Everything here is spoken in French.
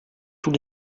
tous